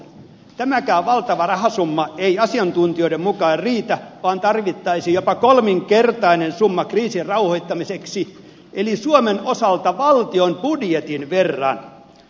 tämäkään valtava rahasumma ei asiantuntijoiden mukaan riitä vaan tarvittaisiin jopa kolminkertainen summa kriisin rauhoittamiseksi eli suomen osalta valtion budjetin verran